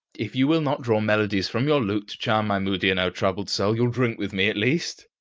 if you will not draw melodies from your lute to charm my moody and o'er-troubled soul you'll drink with me at least?